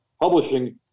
publishing